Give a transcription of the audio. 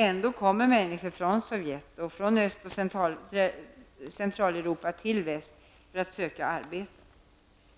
Ändå kommer människor från Sovjet och från Öst och Centraleurpa till väst för att söka arbete.